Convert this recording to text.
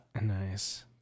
nice